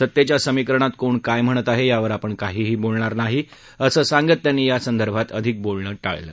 सतेच्या समीकरणात कोण काय म्हणत आहे यावर आपण काहीही बोलणार नाही असं सांगत त्यांनी यासंदर्भात अधिक बोलणं टाळलं